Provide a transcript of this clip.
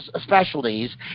specialties